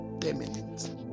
permanent